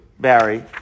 Barry